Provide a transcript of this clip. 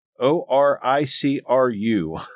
O-R-I-C-R-U